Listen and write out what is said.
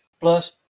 Plus